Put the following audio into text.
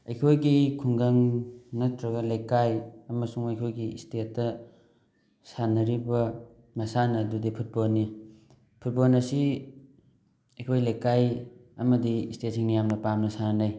ꯑꯩꯈꯣꯏꯒꯤ ꯈꯨꯡꯒꯪ ꯅꯠꯇ꯭ꯔꯒ ꯂꯩꯀꯥꯏ ꯑꯃꯁꯨꯡ ꯑꯩꯈꯣꯏꯒꯤ ꯁ꯭ꯇꯦꯠꯇ ꯁꯥꯟꯅꯔꯤꯕ ꯃꯁꯥꯟꯅ ꯑꯗꯨꯗꯤ ꯐꯨꯠꯕꯣꯜꯅꯤ ꯐꯨꯠꯕꯣꯜ ꯑꯁꯤ ꯑꯩꯈꯣꯏ ꯂꯩꯀꯥꯏ ꯑꯃꯗꯤ ꯁ꯭ꯇꯦꯠꯁꯤꯡꯅ ꯌꯥꯝꯅ ꯄꯥꯝꯅ ꯁꯥꯟꯅꯩ